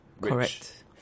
correct